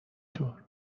طور